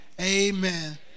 Amen